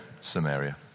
Samaria